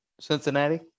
Cincinnati